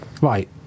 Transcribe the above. Right